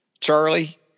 Charlie